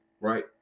right